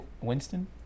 Winston